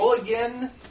again